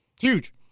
Huge